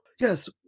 yes